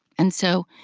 and so,